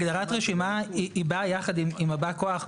הגדרת רשימה היא באה יחד עם בא כוח.